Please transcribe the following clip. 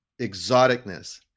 exoticness